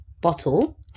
bottle